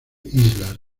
islas